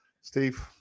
Steve